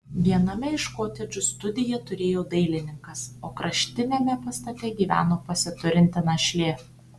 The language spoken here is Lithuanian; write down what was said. viename iš kotedžų studiją turėjo dailininkas o kraštiniame pastate gyveno pasiturinti našlė